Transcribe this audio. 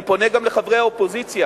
אני פונה גם לחברי אופוזיציה: